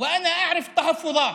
אני מכיר את ההסתייגויות,